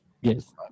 yes